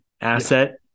asset